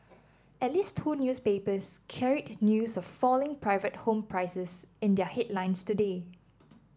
at least two newspapers carried news of falling private home prices in their headlines today